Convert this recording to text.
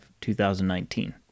2019